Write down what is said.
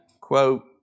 quote